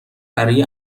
برای